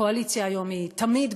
הקואליציה היום היא תמיד,